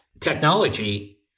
technology